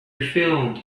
refilled